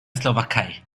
slowakei